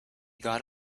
got